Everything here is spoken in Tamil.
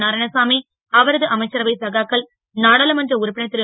நாராயணசாமி அவரது அமைச்சரவை சகாக்கள் நாடாளுமன்ற உறுப்பினர் ரு